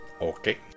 Okay